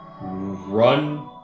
run